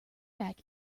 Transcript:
back